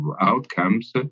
outcomes